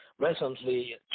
recently